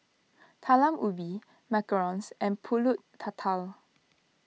Talam Ubi Macarons and Pulut Tatal